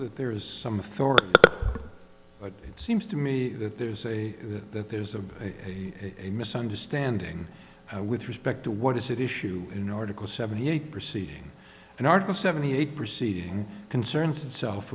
that there is some authority but it seems to me that there's a that there's a a misunderstanding with respect to what is it issue in order go seventy eight proceeding in article seventy eight proceeding concerns itself